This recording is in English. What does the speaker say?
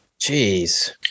Jeez